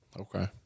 Okay